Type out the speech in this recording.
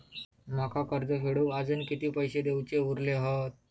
माका कर्ज फेडूक आजुन किती पैशे देऊचे उरले हत?